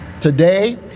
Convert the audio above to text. Today